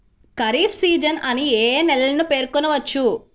Kharif season అని ఏ ఏ నెలలను పేర్కొనవచ్చు?